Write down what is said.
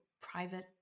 private